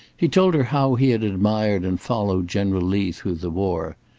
he told her how he had admired and followed general lee through the war.